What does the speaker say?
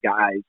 guys